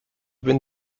been